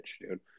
dude